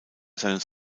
seines